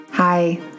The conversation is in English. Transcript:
Hi